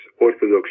Orthodox